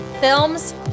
films